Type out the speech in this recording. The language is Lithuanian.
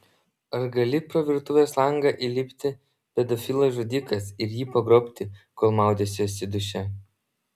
ar gali pro virtuvės langą įlipti pedofilas žudikas ir jį pagrobti kol maudysiuosi duše